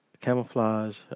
camouflage